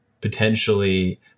potentially